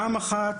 פעם אחת,